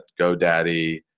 GoDaddy